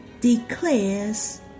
declares